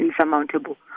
insurmountable